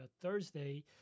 Thursday